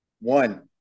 One